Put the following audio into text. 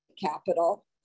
capital